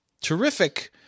terrific